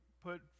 put